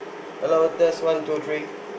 hello test one two three